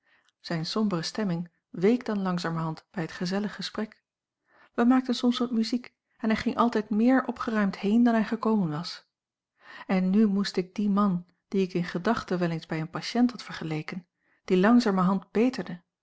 zijne sombere stemming week dan langzamerhand bij het gezellig gesprek wij maakten soms wat muziek en hij ging altijd meer opgeruimd heen dan hij gekomen was en nu moest ik dien man dien ik in gedachte wel eens bij een patiënt had vergeleken die langzamerhand beterde